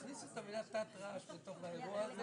יש מושג שנקרא רעש בלתי סביר.